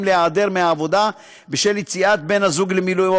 להיעדר מהעבודה בשל יציאת בן הזוג למילואים,